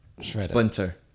Splinter